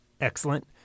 Excellent